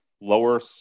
lower